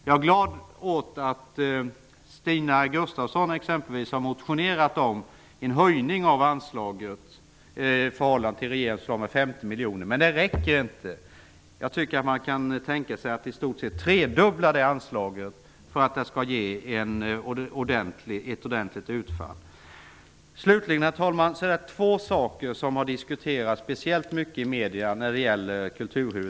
Jag gläder mig åt att bl.a. Stina Gustavsson har motionerat om en höjning av detta anslaget med 50 miljoner kronor i förhållande till regeringens förslag. Detta räcker emellertid inte, utan jag tror att det skulle krävas en tredubbling av anslaget. Herr talman! Det är framför allt två frågor när det gäller kulturhuvudtiteln som har diskuterats mycket i medierna.